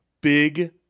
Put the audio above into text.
Big